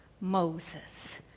Moses